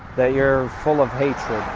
that you're full of hatred.